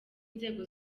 inzego